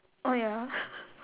oh ya